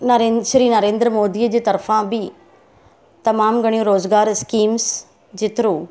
नरेन श्री नरेंद्र मोदीअ जे तरफ़ा बि तमामु घणियूं रोज़गार स्कीम्स जेतिरो